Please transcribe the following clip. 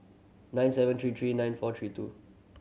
nine seven three three nine five three two